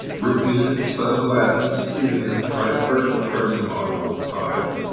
rukneddin, son of alaeddin, succeeded him and tried at first to turn the mongol tide.